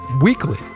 weekly